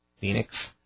Phoenix